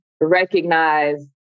recognize